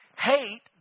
hate